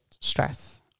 stress